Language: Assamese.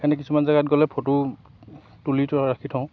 সেনে কিছুমান জেগাত গ'লে ফটো তুলি থওঁ ৰাখি থওঁ